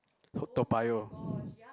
Toa-Payoh